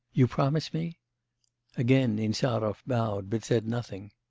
you promise me again insarov bowed, but said nothing.